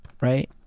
right